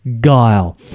guile